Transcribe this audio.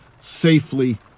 safely